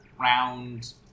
round